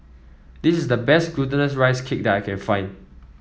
this is the best Glutinous Rice Cake that I can find